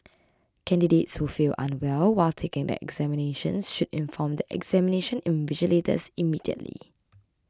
candidates who feel unwell while taking the examinations should inform the examination invigilators immediately